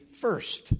first